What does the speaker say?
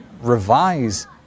revise